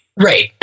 Right